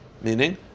Meaning